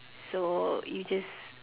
so you just